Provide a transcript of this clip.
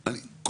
כן.